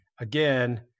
again